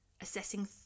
assessing